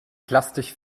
plastisch